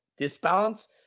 disbalance